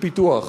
של פיתוח,